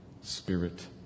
Spirit